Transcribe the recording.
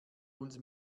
uns